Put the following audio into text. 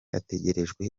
ategerejwe